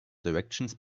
directions